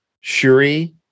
shuri